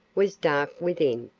was dark within.